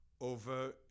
over